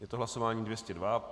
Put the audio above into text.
Je to hlasování 202.